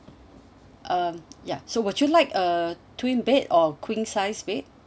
um ya so would you like uh twin bed or queen size bed